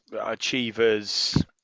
achievers